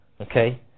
Okay